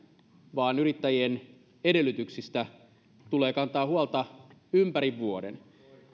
vaan yrittäjien edellytyksistä tulee kantaa huolta ympäri vuoden